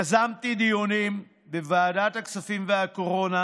יזמתי דיונים בוועדת הכספים והקורונה